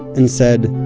and said,